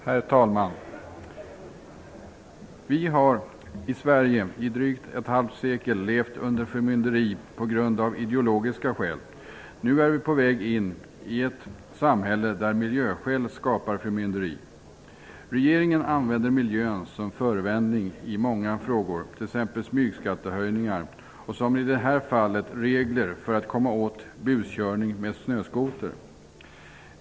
Herr talman! Vi har i Sverige i drygt ett halvt sekel levt under förmynderi av ideologiska skäl. Nu är vi på väg in i ett samhälle, där miljöskäl skapar förmynderi. Regeringen använder miljön som förevändning i många frågor, t.ex. smygskattehöjningar och, som i det här fallet, regler för att komma åt buskörning med snöskoter.